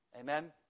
Amen